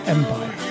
Empire